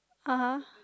(uh huh)